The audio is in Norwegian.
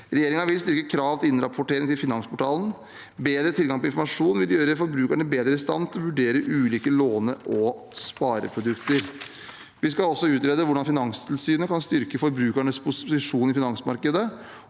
Regjeringen vil styrke krav til innrapportering til Finansportalen. Bedre tilgang på informasjon vil gjøre forbrukerne bedre i stand til å vurdere ulike låne- og spareprodukter. Vi skal også utrede hvordan Finanstilsynet kan styrke forbrukernes posisjon i finansmarkedet.